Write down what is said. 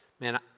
man